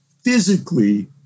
physically